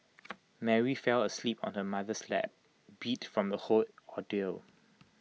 Mary fell asleep on her mother's lap beat from the whole ordeal